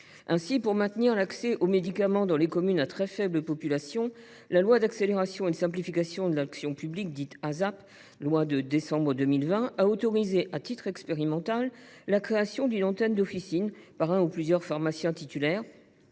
Pour maintenir l’accès aux médicaments dans les communes à très faible population, la loi d’accélération et de simplification de l’action publique de décembre 2020 a autorisé, à titre expérimental, la création d’une antenne d’officine par un ou plusieurs pharmaciens titulaires